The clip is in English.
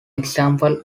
example